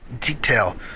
detail